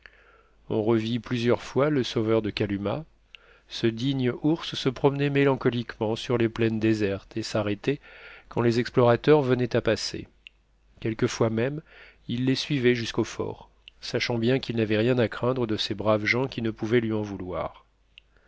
on revit plusieurs fois le sauveur de kalumah ce digne ours se promenait mélancoliquement sur les plaines désertes et s'arrêtait quand les explorateurs venaient à passer quelquefois même il les suivait jusqu'au fort sachant bien qu'il n'avait rien à craindre de ces braves gens qui ne pouvaient lui en vouloir